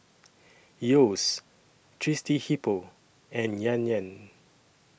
Yeo's Thirsty Hippo and Yan Yan